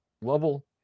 level